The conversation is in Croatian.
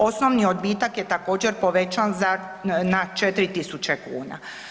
Osnovni odbitak je također povećan na 4.000 kuna.